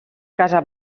casa